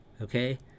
okay